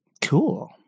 Cool